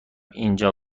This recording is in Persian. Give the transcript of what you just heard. اینجا